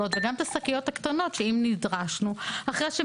אם לא שכחנו - כי זה כלי נוסף.